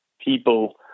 people